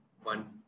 one